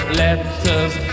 letters